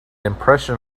impression